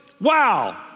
wow